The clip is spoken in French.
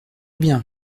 bien